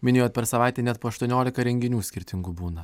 minėjot per savaitę net po aštuoniolika renginių skirtingų būna